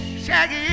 shaggy